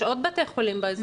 יש עוד בתי חולים באזור.